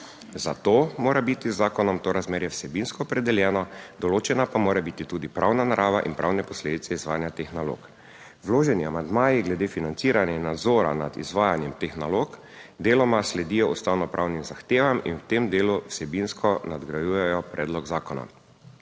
zato mora biti z zakonom to razmerje vsebinsko opredeljeno, določena pa mora biti tudi pravna narava in pravne posledice izvajanja teh nalog. Vloženi amandmaji glede financiranja nadzora nad izvajanjem teh nalog deloma sledijo ustavnopravnim zahtevam in v tem delu vsebinsko nadgrajujejo predlog zakona.